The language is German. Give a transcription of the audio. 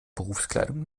berufskleidung